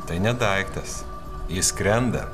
tai ne daiktas jis skrenda